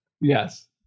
Yes